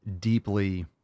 deeply